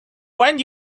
when